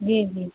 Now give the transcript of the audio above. جی جی